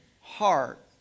heart